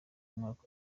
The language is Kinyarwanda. umwaka